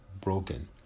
broken